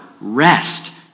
rest